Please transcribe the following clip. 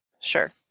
sure